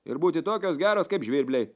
ir būti tokios geros kaip žvirbliai